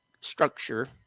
structure